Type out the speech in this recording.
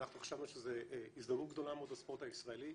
אנחנו חשבנו שזו הזדמנות גדולה מאוד לספורט הישראלי,